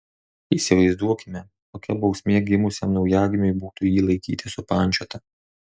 įsivaizduokime kokia bausmė gimusiam naujagimiui būtų jį laikyti supančiotą